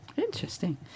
Interesting